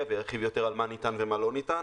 וירחיב יותר על מה ניתן ומה לא ניתן.